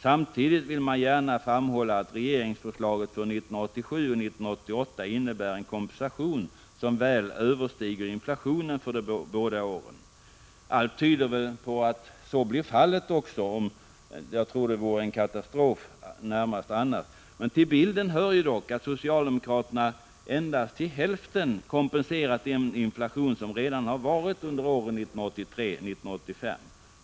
Samtidigt vill man gärna framhålla att regeringsförslaget för 1987 och 1988 innebär en kompensation som väl överträffar inflationen för de båda åren. Allt tyder på att så blir fallet — annars vore det närmast en katastrof. Till bilden hör dock att socialdemokraterna endast till hälften har kompenserat inflationen under åren 1983-1985.